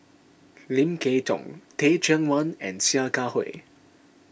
Lim Kay Tong Teh Cheang Wan and Sia Kah Hui